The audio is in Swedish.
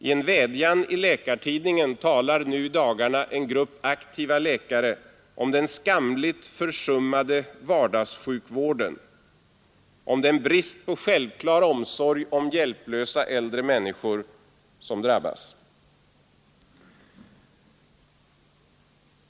I en vädjan i Läkartidningen talar i dagarna en grupp aktiva läkare om den skamligt försummade vardagssjukvården, om bristen på självklar omsorg om hjälplösa äldre människor.